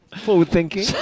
forward-thinking